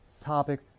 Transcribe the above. topic